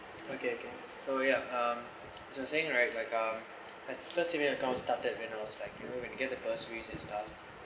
okay okay so ya um so I'm saying right like um at first similar account started when I was like you know when you get the bursary and stuff